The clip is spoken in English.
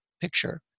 picture